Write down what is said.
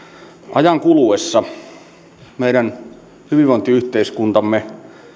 ajan kuluessa meidän hyvinvointiyhteiskuntamme